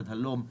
עד הלום,